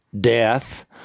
death